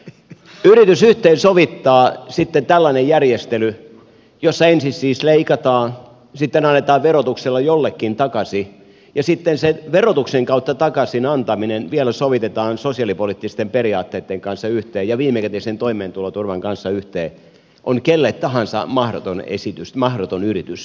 yritys yhteensovittaa tällainen järjestely jossa ensin siis leikataan sitten annetaan verotuksella jollekulle takaisin ja sitten sen verotuksen kautta takaisin antaminen vielä sovitetaan sosiaalipoliittisten periaatteitten ja viimekätisen toimeentuloturvan kanssa yhteen on kelle tahansa mahdoton yritys